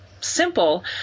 simple